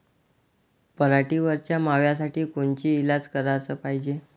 पराटीवरच्या माव्यासाठी कोनचे इलाज कराच पायजे?